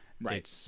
Right